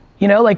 you know, like